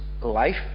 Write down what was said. life